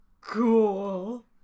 Cool